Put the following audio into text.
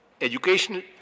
Educational